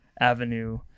avenue